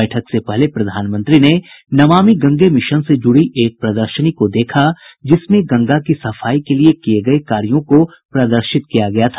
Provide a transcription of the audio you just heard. बैठक से पहले प्रधानमंत्री ने नमामि गंगे मिशन से ज़ुड़ी एक प्रदर्शनी को देखा जिसमें गंगा की सफाई के लिए किये गये कार्यों को प्रदर्शित किया गया था